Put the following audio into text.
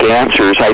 answers